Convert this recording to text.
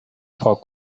پاک